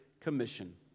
Commission